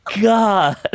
God